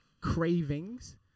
cravings